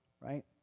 Right